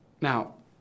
Now